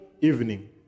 evening